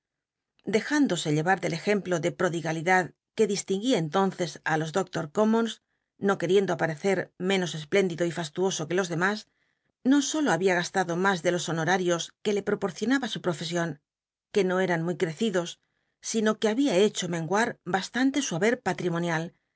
ndose llevar del ejemplo de prodigalidad que distinguía entonces r los doctol's commons no qu eriendo aparecer menos espléndido y fastuoso que los demas no solo había gastado mas de jos honorarios que le proporcionaba su profesion cfue no eran muy crecidos sino que babia hecho menguar bastante su haber patrimonial